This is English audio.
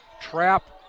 trap